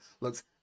looks